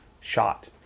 shot